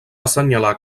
assenyalar